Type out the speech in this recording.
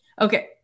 Okay